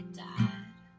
dad